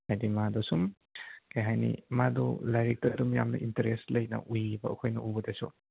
ꯍꯥꯏꯗꯤ ꯃꯥꯗꯨ ꯁꯨꯝ ꯀꯔꯤ ꯍꯥꯏꯅꯤ ꯃꯥꯗꯣ ꯂꯥꯏꯔꯤꯛꯇ ꯑꯗꯨꯝ ꯌꯥꯝꯅ ꯏꯟꯇꯔꯦꯁ ꯂꯩꯅ ꯎꯏꯕ ꯑꯩꯈꯣꯏꯅ ꯎꯕꯗꯁꯨ